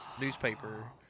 newspaper